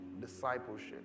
discipleship